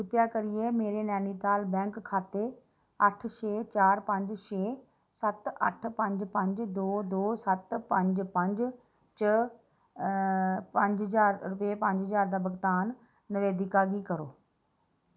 कृपा करियै मेरे नैनीताल बैंक खाते अट्ठ छे चार पंज छे सत्त अ्ठ पंज पंज दो दो सत्त पंज पंज च पंज ज्हार रुपये पंज ज्हार दा भुगतान नवेदिका गी करो